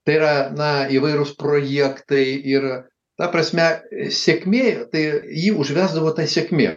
tai yra na įvairūs projektai ir ta prasme sėkmė tai jį užvesdavo ta sėkmė